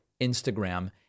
Instagram